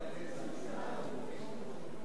חברי חברי